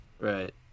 Right